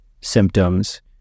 symptoms